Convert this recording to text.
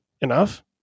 enough